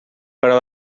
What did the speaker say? però